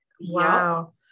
wow